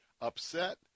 upset